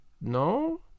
No